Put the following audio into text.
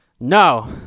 No